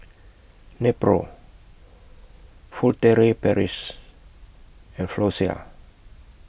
Nepro Furtere Paris and Floxia